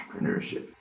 entrepreneurship